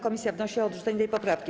Komisja wnosi o odrzucenie tej poprawki.